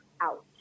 out